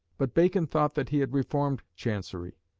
but bacon thought that he had reformed chancery.